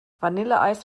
vanilleeis